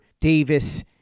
Davis